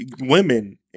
women